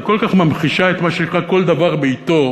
וכל כך ממחישה את מה שנקרא "כל דבר בעתו",